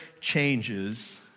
changes